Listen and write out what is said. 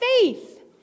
faith